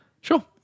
Sure